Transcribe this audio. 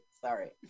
Sorry